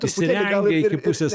išsirengę iki pusės